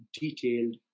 detailed